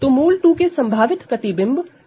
तो √2 की संभावित इमेज √2 और √2